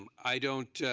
um i don't